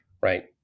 right